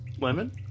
lemon